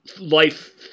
life